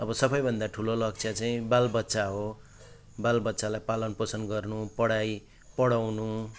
अब सबैभन्दा ठुलो लक्ष्य चाहिँ बालबच्चा हो बालबच्चालाई पालन पोषण गर्नु पढाइ पढाउनु